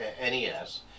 NES